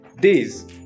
Days